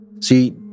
See